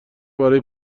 برای